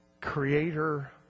creator